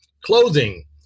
Clothing